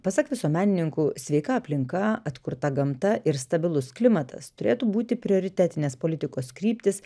pasak visuomenininkų sveika aplinka atkurta gamta ir stabilus klimatas turėtų būti prioritetinės politikos kryptys